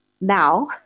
now